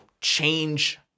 change